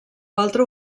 altre